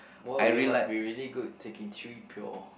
!wow! you must be really good taking three pure